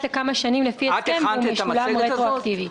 לשלוש ארבע שנים והוא משולם רטרואקטיבית.